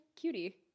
Cutie